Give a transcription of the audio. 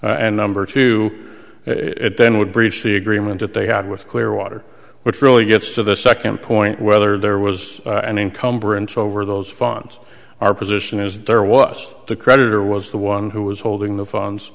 and number two it then would breach the agreement that they had with clearwater which really gets to the second point whether there was an encumbrance over those funds our position is that there was the creditor was the one who was holding the phones